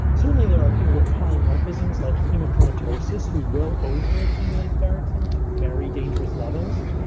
certainly, there are people with polymorphisms like hemochromatosis who will over accumulate ferritin to very dangerous levels.